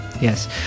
Yes